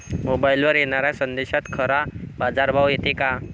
मोबाईलवर येनाऱ्या संदेशात खरा बाजारभाव येते का?